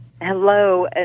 Hello